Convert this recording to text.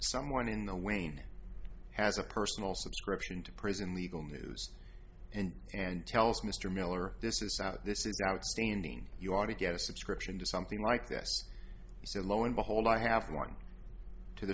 someone in the wayne has a personal subscription to prison legal news and and tell us mr miller this is out this is outstanding you ought to get a subscription to something like this he said lo and behold i have one to the